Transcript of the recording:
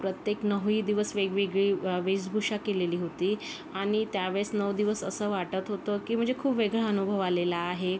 प्रत्येक नऊही दिवस वेगवेगळी वेशभूषा केलेली होती आणि त्यावेळेस नऊ दिवस असं वाटत होतं की म्हणजे खूप वेगळा अनुभव आलेला आहे